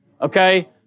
okay